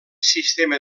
sistema